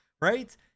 right